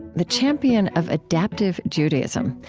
the champion of adaptive judaism.